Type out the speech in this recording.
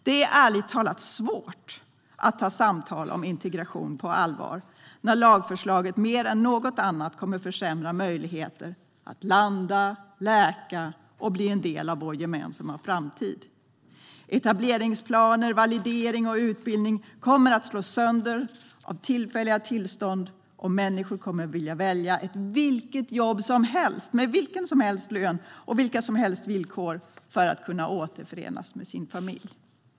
Det är ärligt talat svårt att ha samtal om integration på allvar när lagförslaget mer än något annat kommer att försämra människors möjligheter att landa, läka och bli en del av vår gemensamma framtid. Etableringsplaner, validering och utbildning kommer att slås sönder av tillfälliga tillstånd, och människor kommer att välja vilket jobb som helst med vilken lön som helst och med vilka villkor som helst för att kunna återförenas med sin familj.